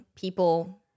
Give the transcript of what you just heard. people